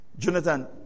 Jonathan